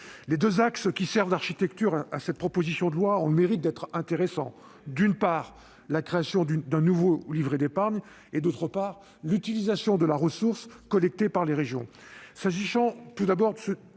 Les deux axes qui servent d'architecture à la proposition de loi ont le mérite d'être intéressants. Il s'agit, d'une part, de créer un nouveau livret d'épargne, d'autre part, d'utiliser la ressource collectée par les régions.